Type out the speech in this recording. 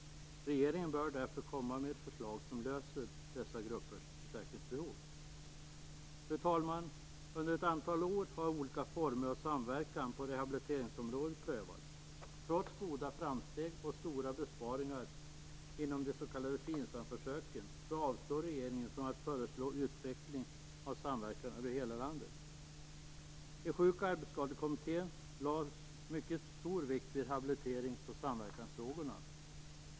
Regeringen bör därför komma med ett förslag som uppfyller dessa gruppers försäkringsbehov. Fru talman! Under ett antal år har olika former av samverkan på rehabiliteringsområdet prövats. Trots goda framsteg och stora besparingar inom de s.k. FINSAM-försöken avstår regeringen från att föreslå utveckling av samverkan över hela landet. I Sjuk och arbetsskadekommittén lades mycket stor vikt vid rehabiliterings och samverkansfrågorna.